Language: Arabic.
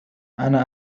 أنا